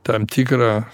tam tikrą